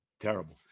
Terrible